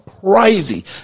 crazy